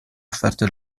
offerte